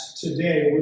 today